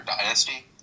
dynasty